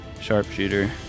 Sharpshooter